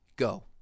go